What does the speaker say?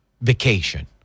Vacation